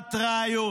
והעלמת ראיות.